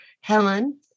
Helen